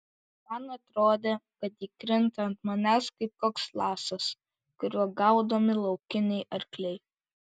man atrodė kad ji krinta ant manęs kaip koks lasas kuriuo gaudomi laukiniai arkliai